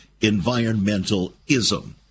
environmentalism